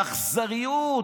באכזריות,